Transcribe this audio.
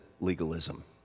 legalism